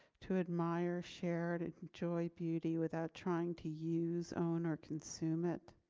to admire shared and joy beauty without trying to use own or consume it?